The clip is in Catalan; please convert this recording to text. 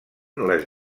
les